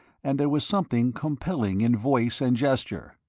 and there was something compelling in voice and gesture,